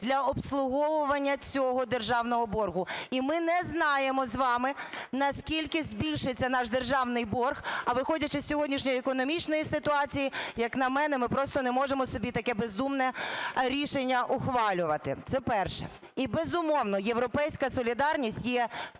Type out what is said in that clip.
для обслуговування цього державного боргу. І ми не знаємо з вами, наскільки збільшиться наш державний борг. А виходячи з сьогоднішньої економічної ситуації, як на мене, ми просто не можемо собі таке бездумне рішення ухвалювати. Це перше. І безумовно, "Європейська солідарність" є тою